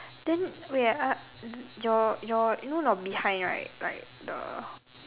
then wait uh uh your your you know your behind right like the